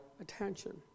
attention